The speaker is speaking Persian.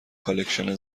کالکشن